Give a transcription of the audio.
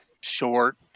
short